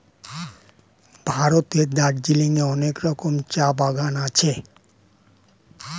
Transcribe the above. ভারতের দার্জিলিং এ অনেক রকমের চা বাগান আছে